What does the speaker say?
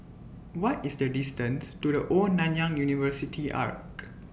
What IS The distance to The Old Nanyang University Arch